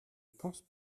pense